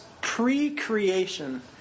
pre-creation